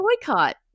boycott